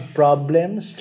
problems